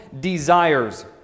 desires